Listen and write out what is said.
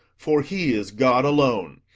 for he is god alone,